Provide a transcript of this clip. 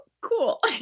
cool